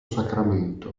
sacramento